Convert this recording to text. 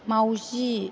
माउजि